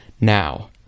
now